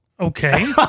Okay